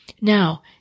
Now